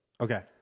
Okay